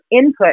input